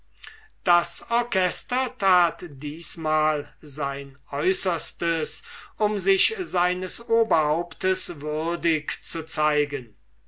das orchester tat diesmal sein äußerstes um sich seines oberhauptes würdig zu zeigen